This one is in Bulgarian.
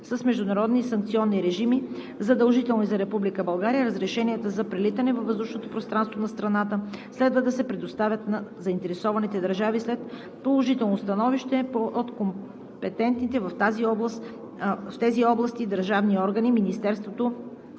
с международни и санкционни режими, задължителни за Република България, разрешенията за прелитане във въздушното пространство на страната следва да се предоставят на заинтересованите държави след положително становище от компетентните в тези области държавни органи – Министерството